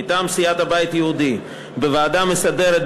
מטעם סיעת הבית היהודי: בוועדה המסדרת,